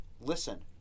listen